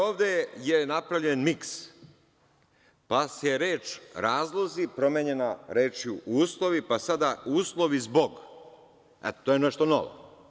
Ovde je napravljen miks, pa se reč razlozi promenjena rečju uslovi, pa sada uslovi zbog, to je nešto novo.